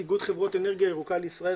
אני מאיגוד חברות אנרגיה ירוקה לישראל.